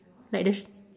like the sh~